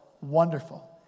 Wonderful